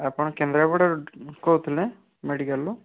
ଆପଣ କେନ୍ଦ୍ରାପଡ଼ାରୁ କହୁଥିଲେ ମେଡ଼ିକାଲ୍ରୁ